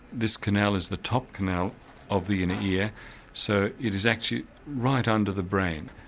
this canal is the top canal of the inner ear so it is actually right under the brain.